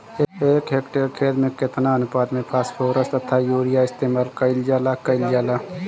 एक हेक्टयर खेत में केतना अनुपात में फासफोरस तथा यूरीया इस्तेमाल कईल जाला कईल जाला?